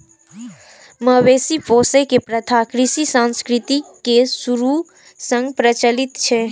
मवेशी पोसै के प्रथा कृषि संस्कृति के शुरूए सं प्रचलित छै